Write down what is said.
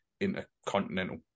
Intercontinental